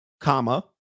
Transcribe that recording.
comma